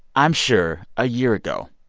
i'm sure a year ago,